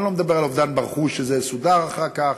אני לא מדבר על אובדן רכוש, שזה סודר אחר כך,